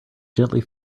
gently